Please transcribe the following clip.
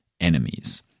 enemies